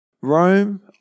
Rome